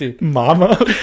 Mama